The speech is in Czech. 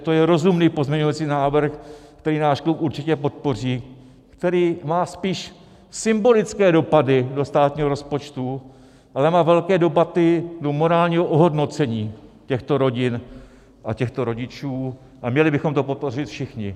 To je rozumný pozměňující návrh, který náš klub určitě podpoří, který má spíš symbolické dopady do státního rozpočtu, ale má velké dopady do morálního ohodnocení těchto rodin a těchto rodičů, a měli bychom to podpořit všichni.